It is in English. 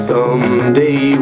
Someday